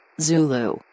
Zulu